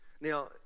now